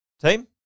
team